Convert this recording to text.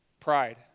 Pride